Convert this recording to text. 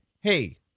Hey